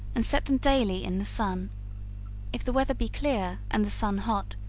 and set them daily in the sun if the weather be clear and the sun hot,